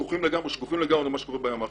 שקופים לגמרי לגבי מה שקורה בימ"חים.